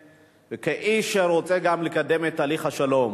וכאיש שרוצה גם לקדם את תהליך השלום.